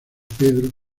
pedro